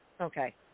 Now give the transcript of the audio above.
Okay